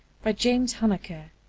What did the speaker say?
by james huneker